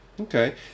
Okay